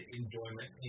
enjoyment